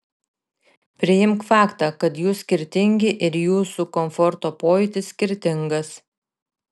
priimk faktą kad jūs skirtingi ir jūsų komforto pojūtis skirtingas